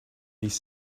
these